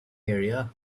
area